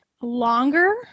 longer